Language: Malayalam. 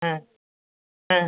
ആ ആ